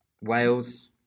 Wales